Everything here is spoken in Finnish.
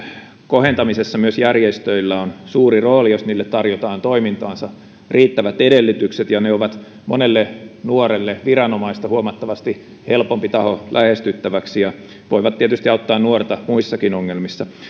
kohentamisessa myös järjestöillä on suuri rooli jos niille tarjotaan toimintaansa riittävät edellytykset ja ne ovat monelle nuorelle viranomaista huomattavasti helpompi taho lähestyttäväksi ja voivat tietysti auttaa nuorta muissakin ongelmissa